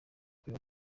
kuri